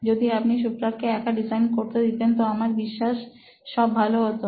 যদি আপনি সুপ্রাকে একা ডিজাইন করতে দিতেন তো আমার বিশ্বাস সব ভালো হতো